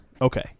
Okay